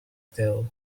tell